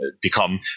become